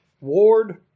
Ward